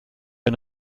ein